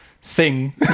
sing